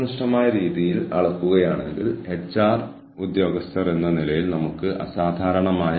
കൂടാതെ ഇവയെല്ലാം എച്ച്ആർഎം തന്ത്രങ്ങൾ നയങ്ങൾ സമ്പ്രദായങ്ങൾ എന്നിവയാൽ സ്വാധീനിക്കപ്പെടുകയും ചെയ്യുന്നു